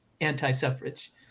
anti-suffrage